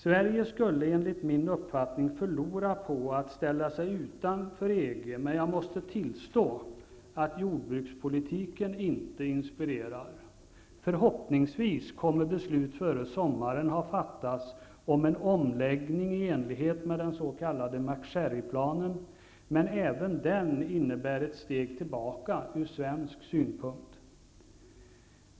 Sverige skulle enligt min uppfattning förlora på att ställa sig utanför EG, men jag måste tillstå att jordbrukspolitiken inte inspirerar. Förhoppningsvis kommer beslut före sommaren att ha fattats om en omläggning i enlighet med den s.k. Mac Sharryplanen. Även den innebär ett steg tillbaka ur svensk synpunkt.